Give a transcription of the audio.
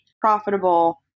profitable